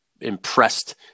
impressed